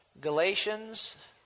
Galatians